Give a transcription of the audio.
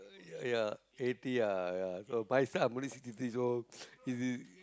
ya eighty ah ya my son I'm only sixty years old